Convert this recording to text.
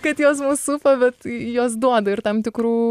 kad jos mus supa bet jos duoda ir tam tikrų